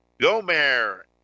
Gomer